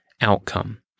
outcome